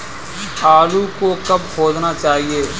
आलू को कब खोदना चाहिए?